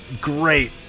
great